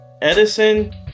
Edison